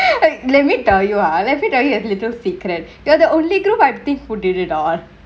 and let me tell you ah let me tell you a little secret they are the only grow by who did it all